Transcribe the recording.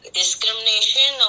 discrimination